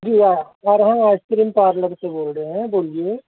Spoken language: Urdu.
جی ہاں اور ہم آئس کریم پارلر سے بول رہے ہیں بولیے